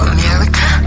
America